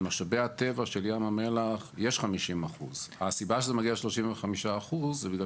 על משאבי הטבע של ים המלח יש 50%. הסיבה שזה מגיע ל-35% זה בגלל